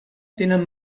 tenen